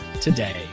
today